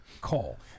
call